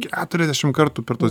keturiasdešim kartų per tuos